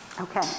Okay